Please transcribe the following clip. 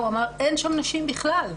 הוא אמר, אין שם נשים בכלל.